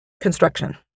construction